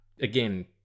again